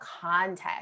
context